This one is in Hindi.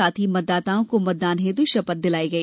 साथ ही मतदाताओं को मतदान हेतु शपथ दिलाई गई